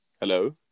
Hello